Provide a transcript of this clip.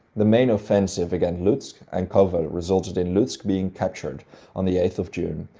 the main offensive against lutsk and kovel resulted in lutsk being captured on the eight of june.